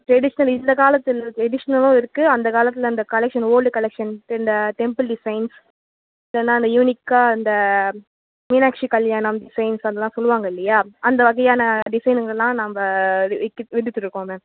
traditional இந்த காலத்தில் இருக்கிற ட்ரெடிஷ்னலும் இருக்குது அந்த காலத்தில் அந்த கலெக்ஷன் ஓல்டு கலெக்ஷன்ஸ் இந்த டெம்பிள் டிசைன்ஸ் இதெல்லாம் இந்த யுனிக்காக இந்த மீனாட்சி கல்யாணம் செயின்ஸ் அதெல்லாம் சொல்லுவாங்க இல்லையா அந்த வகையான டிசைனுங்கெல்லாம் நம்ப விட்டு விற்றுட்டு இருக்கோம் மேம்